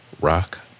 rock